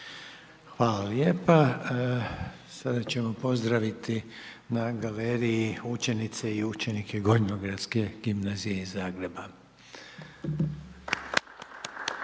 Hvala lijepa. Sada ćemo pozdraviti na galeriji učenice i učenike Gornjogradske gimnazije iz Zagreba.